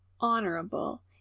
honorable